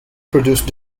produced